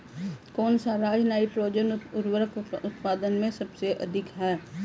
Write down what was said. कौन सा राज नाइट्रोजन उर्वरक उत्पादन में सबसे अधिक है?